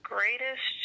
Greatest